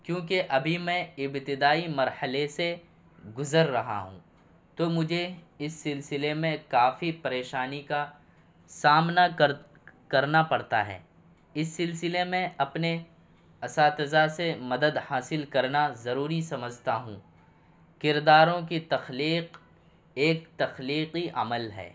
کیونکہ ابھی میں ابتدائی مرحلے سے گزر رہا ہوں تو مجھے اس سلسلے میں کافی پریشانی کا سامنا کر کرنا پڑتا ہے اس سلسلے میں اپنے اساتذہ سے مدد حاصل کرنا ضروری سمجھتا ہوں کرداروں کی تخلیق ایک تخلیقی عمل ہے